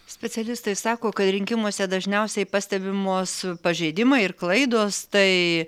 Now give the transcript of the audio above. specialistai sako kad rinkimuose dažniausiai pastebimos pažeidimai ir klaidos tai